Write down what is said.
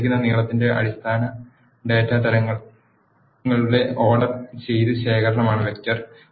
തന്നിരിക്കുന്ന നീളത്തിന്റെ അടിസ്ഥാന ഡാറ്റ തരങ്ങളുടെ ഓർഡർ ചെയ്ത ശേഖരമാണ് വെക്റ്റർ